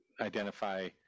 identify